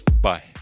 Bye